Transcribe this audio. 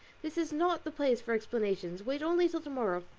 this is not the place for explanations. wait only till tomorrow.